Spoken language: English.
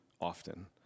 often